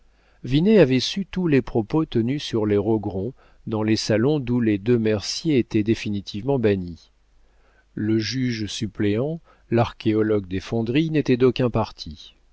avait su tous les propos tenus sur les rogron dans les salons d'où les deux merciers étaient définitivement bannis le juge suppléant l'archéologue desfondrilles n'était d'aucun parti